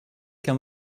qu’un